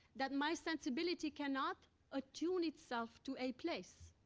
that my sensibility cannot attune itself to a place,